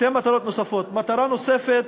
שתי מטרות נוספות, מטרה נוספת: